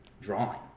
drawing